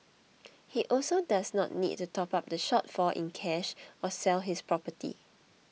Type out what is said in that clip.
he also does not need to top up the shortfall in cash or sell his property